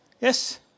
Yes